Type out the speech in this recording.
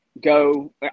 go